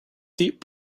deep